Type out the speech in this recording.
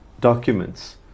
documents